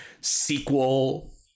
sequel